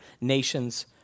nations